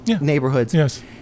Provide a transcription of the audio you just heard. Neighborhoods